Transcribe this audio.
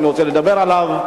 שאני רוצה לדבר עליו,